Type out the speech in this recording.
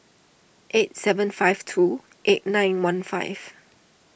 eight seven five two eight nine one five